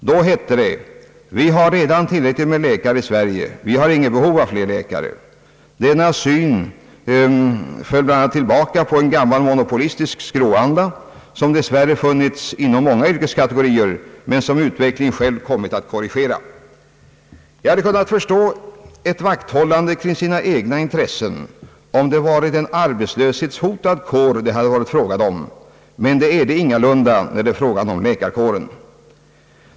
Då hette det att vi redan hade tillräckligt med läkare i Sverige och att vi inte hade behov av flera. Denna syn föll tillbaka bl.a. på en gammal monopolistisk skråanda, som dess värre funnits inom många yrkeskategorier men som utvecklingen själv kommit att korrigera. Jag hade kunnat förstå ett vakthållande kring egna intressen, om det varit frågan om en arbetslöshetshotad kår, men en sådan är ju läkarkåren ingalunda.